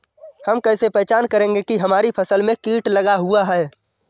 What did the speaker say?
हम कैसे पहचान करेंगे की हमारी फसल में कीट लगा हुआ है?